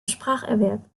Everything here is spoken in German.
spracherwerb